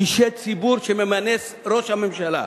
אישי ציבור שממנה ראש הממשלה,